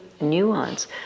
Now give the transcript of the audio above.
nuance